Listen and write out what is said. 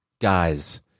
guys